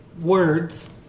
words